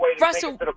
Russell